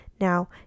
Now